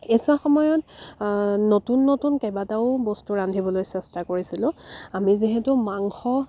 এইছোৱা সময়ত নতুন নতুন কেবাটাও বস্তু ৰান্ধিবলৈ চেষ্টা কৰিছিলোঁ আমি যিহেতু মাংস